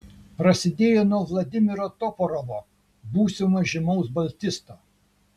prasidėjo nuo vladimiro toporovo būsimo žymaus baltisto